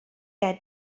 gen